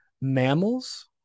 mammals